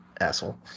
asshole